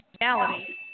reality